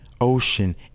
ocean